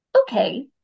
okay